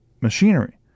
machinery